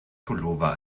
pullover